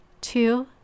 Two